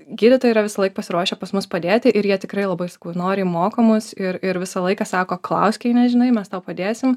gydytojai yra visąlaik pasiruošę pas mus padėti ir jie tikrai labai noriai mokamo mus ir ir visą laiką sako klausk jei nežinai mes tau padėsim